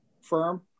firm